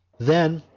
then,